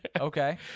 Okay